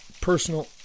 personal